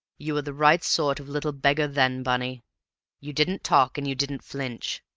you were the right sort of little beggar then, bunny you didn't talk and you didn't flinch.